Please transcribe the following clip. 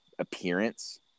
appearance